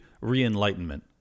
Re-enlightenment